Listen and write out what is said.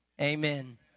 amen